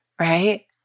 right